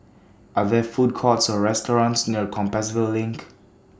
Are There Food Courts Or restaurants near Compassvale LINK